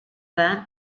vain